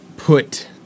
put